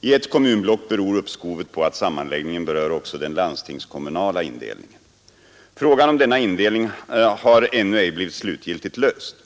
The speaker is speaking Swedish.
I ett kommunblock beror uppskovet på att sammanläggningen berör också den landstingskommunala indelningen. Frågan om denna indelning har ännu ej blivit slutgiltigt löst.